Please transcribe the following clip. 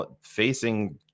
facing